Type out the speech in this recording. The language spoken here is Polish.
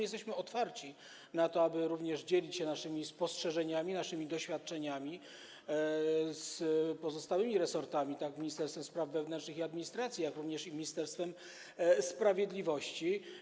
Jesteśmy otwarci na to, aby dzielić się naszymi spostrzeżeniami, naszymi doświadczeniami z pozostałymi resortami, zarówno z Ministerstwem Spraw Wewnętrznych i Administracji, jak i Ministerstwem Sprawiedliwości.